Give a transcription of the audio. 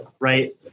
right